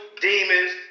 demons